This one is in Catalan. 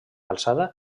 alçada